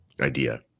idea